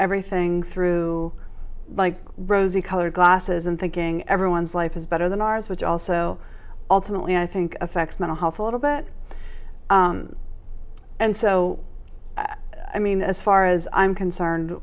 everything through rosy colored glasses and thinking everyone's life is better than ours which also ultimately i think affects mental health a little bit and so i mean as far as i'm concerned